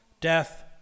Death